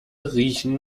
riechen